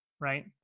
right